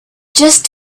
just